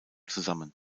zusammen